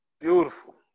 Beautiful